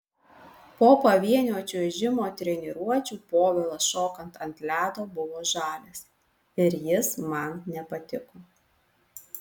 po pavienio čiuožimo treniruočių povilas šokant ant ledo buvo žalias ir jis man nepatiko